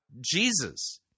Jesus